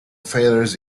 failures